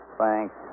thanks